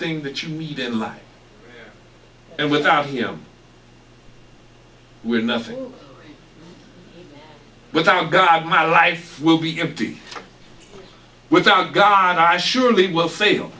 thing that you need in life and without him we are nothing without god my life will be empty without god i surely will fail